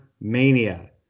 mania